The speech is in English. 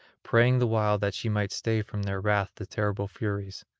praying the while that she might stay from their wrath the terrible furies,